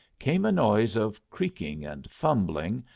came a noise of creaking and fumbling,